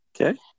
Okay